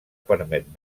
permet